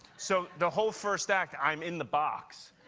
so the whole first act i'm in the box,